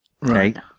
Right